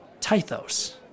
Tythos